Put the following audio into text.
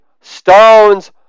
Stones